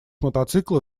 мотоцикла